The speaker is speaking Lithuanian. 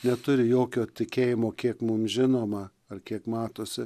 neturi jokio tikėjimo kiek mums žinoma ar kiek matosi